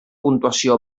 puntuació